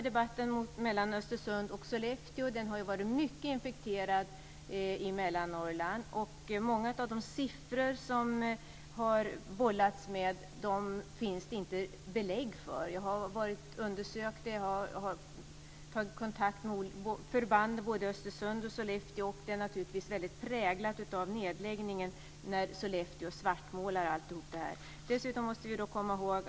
Debatten mellan Östersund och Sollefteå har varit mycket infekterad i Mellannorrland, och för många av de siffror som man har bollat med finns det inte belägg. Jag har tagit kontakt med förband både i Östersund och i Sollefteå för att undersöka detta. Sollefteås svartmålning är naturligtvis väldigt präglad av nedläggningen.